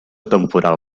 temporal